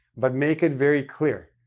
but make it very clear.